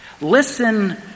Listen